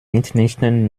mitnichten